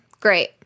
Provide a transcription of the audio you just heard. Great